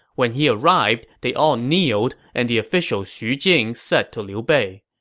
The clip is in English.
when he arrived, they all kneeled, and the official xu jing said to liu bei,